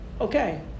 Okay